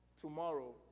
tomorrow